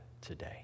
today